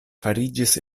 fariĝis